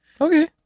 Okay